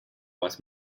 was